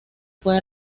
fue